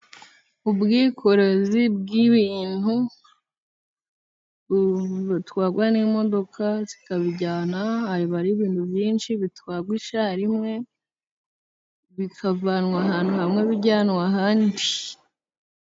Ubwikorezi bw'ibintu butwarwa n'imodoka zikabijyana haba ari ibintu byinshi bitwarwa icyarimwe bikavanwa ahantu hamwe bijyanwa ahandi.